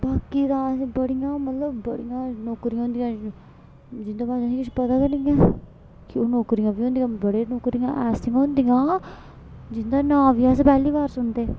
बाकी ता अस बड़ियां मतलब बड़ियां नौकरियां होंदियां न जिंदे बारे च असें किश पता गै नी ऐ कि ओह् नौकरियां बी होंदियां बड़ियां नौकरियां ऐसियां होंदियां जिंदा नांऽ बी अस पैह्ली बार सुनदे